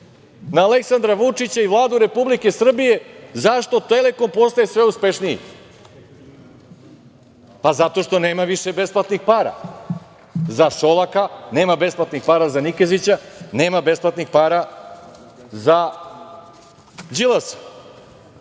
na Aleksandra Vučića i Vladu Republike Srbije zašto „Telekom“ postaje sve uspešniji. Pa, zato što nema više besplatnih para za Šolaka nema besplatnih para, za Nikezića nema besplatnih para, za Đilasa. Ali,